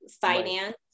finance